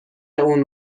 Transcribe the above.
اون